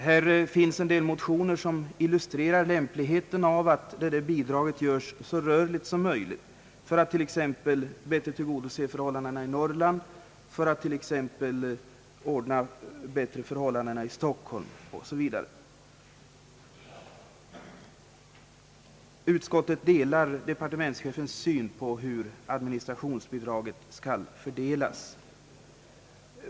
Här finns en del motioner som illustrerar värdet av att bidraget görs så rörligt som möjligt för att bättre tillgodose förhållandena i Norrland, för att klara kostnaderna i stockholmsföreningen osv. Utskottet delar departementschefens syn på hur administrationsbidraget skall fördelas.